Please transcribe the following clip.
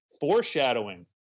foreshadowing